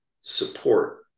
support